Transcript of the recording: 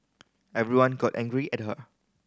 everyone got angry at her